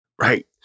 Right